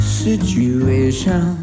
situation